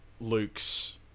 Luke's